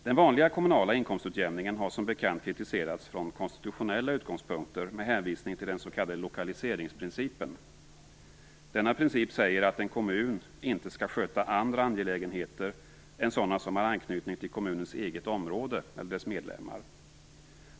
Den vanliga kommunala inkomstutjämningen har som bekant kritiserats från konstitutionella utgångspunkter med hänvisning till den s.k. lokaliseringsprincipen. Denna princip säger att en kommun inte skall sköta andra angelägenheter än sådana som har anknytning till kommunens eget område eller dess medlemmar.